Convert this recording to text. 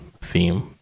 theme